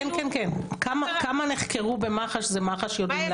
כמה נחקרו במח"ש זה מח"ש יודעים